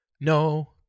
No